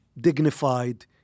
dignified